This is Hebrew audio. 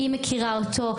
היא מכירה אותו,